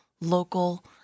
local